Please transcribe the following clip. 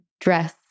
dress